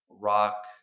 rock